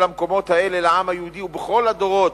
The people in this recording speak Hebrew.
המקומות האלה לעם היהודי בכל הדורות,